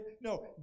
No